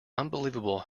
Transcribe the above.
unbelievable